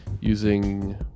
using